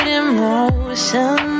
emotion